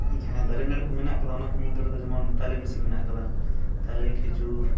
ᱡᱟᱦᱟᱸ ᱫᱟᱨᱮ ᱱᱟᱲᱤ ᱠᱚ ᱢᱮᱱᱟᱜ ᱠᱟᱫᱟ ᱚᱱᱟ ᱠᱚ ᱢᱩᱫ ᱨᱮᱫᱚ ᱡᱮᱢᱚᱱ ᱛᱟᱞᱮ ᱵᱤᱥᱤ ᱢᱮᱱᱟᱜ ᱠᱟᱫᱟ ᱛᱟᱞᱮ ᱠᱷᱤᱡᱩᱨ